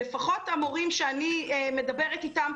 לפחות המורים שאני מדברת איתם,